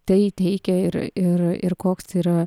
tai teikia ir ir ir koks yra